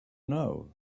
know